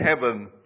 heaven